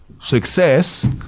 success